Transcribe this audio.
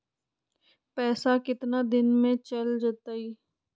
पैसा कितना दिन में चल जतई?